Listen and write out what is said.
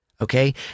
Okay